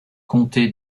comté